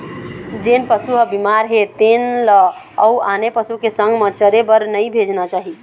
जेन पशु ह बिमार हे तेन ल अउ आने पशु के संग म चरे बर नइ भेजना चाही